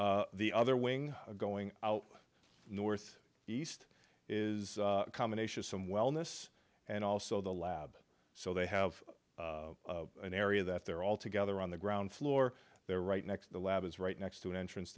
there the other wing going out north east is a combination of some wellness and also the lab so they have an area that they're all together on the ground floor they're right next to the lab is right next to an entrance